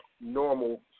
normal